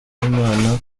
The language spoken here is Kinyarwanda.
y’imana